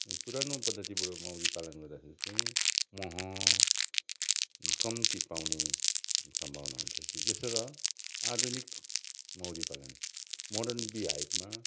पुरानो पद्धतिबाट मौरी पालन गर्दाखेरि चाहिँ मह कम्ती पाउने सम्भावना हुन्छ त्यसो र आधुनिक मौरी पालन मोडर्न बी हाइभमा